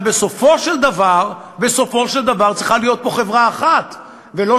אבל בסופו של דבר צריכה להיות פה חברה אחת ולא,